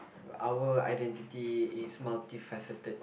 our identity is multifaceted